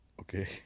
Okay